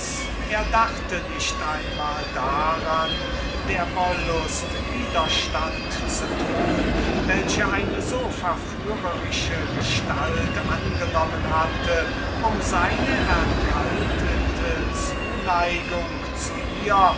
er dachte nicht einmal daran der wollust welche eine so verführische gestalt angenommen hatte um seine erkältete zuneigung zu ihr